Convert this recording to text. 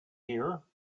here